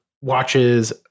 watches